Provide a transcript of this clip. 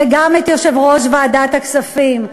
וגם את יושב-ראש ועדת הכספים.